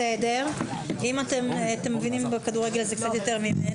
בסדר, אתם מבינים בכדורגל קצת יותר ממני.